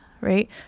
Right